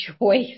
choice